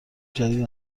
جدید